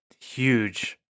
huge